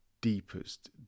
deepest